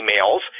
emails